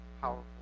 powerful